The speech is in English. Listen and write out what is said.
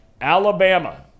Alabama